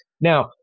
Now